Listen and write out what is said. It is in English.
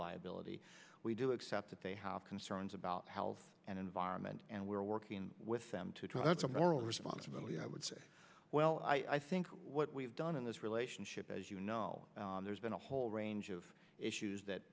liability we do except that they have concerns about health and environment and we're working with them to try out some moral responsibility i would say well i think what we've done in this relationship as you know there's been a whole range of issues that